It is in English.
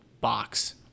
box